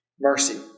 mercy